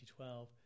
2012